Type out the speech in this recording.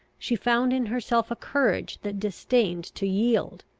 she found in herself a courage that disdained to yield.